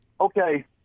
Okay